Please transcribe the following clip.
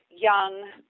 young